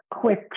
quick